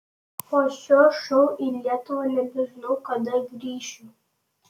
po šio šou į lietuvą nebežinau kada grįšiu